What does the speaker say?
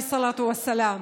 עליו התפילה והשלום.